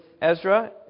Ezra